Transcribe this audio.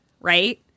right